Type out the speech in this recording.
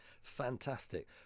fantastic